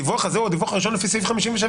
הדיווח הזה הוא הדיווח הראשון לפי סעיף 57א(ב).